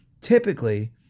typically